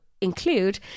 include